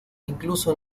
incluso